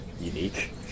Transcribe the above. unique